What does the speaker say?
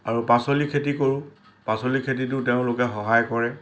আৰু পাচলি খেতি কৰোঁ পাচলি খেতিতো তেওঁলোকে সহায় কৰে